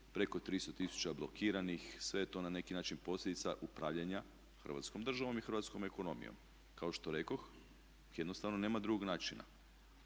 preko 300 tisuća blokiranih. Sve je to na neki način posljedica upravljanja Hrvatskom državom i hrvatskom ekonomijom. Kao što rekoh, jednostavno nema drugog načina.